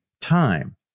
time